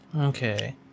Okay